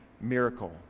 miracle